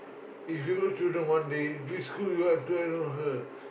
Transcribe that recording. if you were to have children one day which school would you want to enroll her